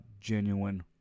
genuine